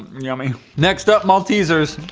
yummy next up maltesers,